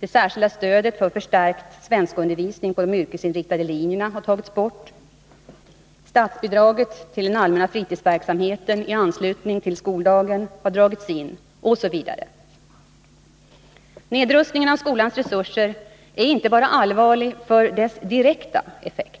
Det särskilda stödet för förstärkt svenskundervisning på de yrkesinriktade linjerna har tagits bort. Statsbidraget till den allmänna fritidsverksamheten i anslutning till skoldagen har dragits in, osv. Nedrustningen av skolans resurser är allvarliga inte bara på grund av sin direkta effekt.